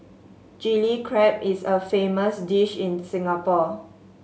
Chilli Crab is a famous dish in Singapore